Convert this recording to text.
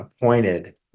appointed